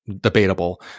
debatable